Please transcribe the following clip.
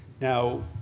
Now